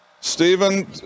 Stephen